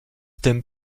tym